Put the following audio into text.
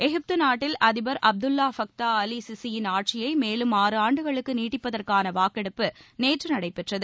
எகிப்து நாட்டில் அதிபர் Abdul Fattah al Sisi யின் ஆட்சியை மேலும் ஆறு ஆண்டுகளுக்கு நீட்டிப்பதற்கான வாக்கெடுப்பு நேற்று நடைபெற்றது